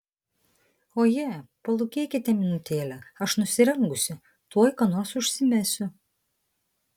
oje palūkėkite minutėlę aš nusirengusi tuoj ką nors užsimesiu